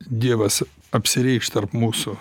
dievas apsireikš tarp mūsų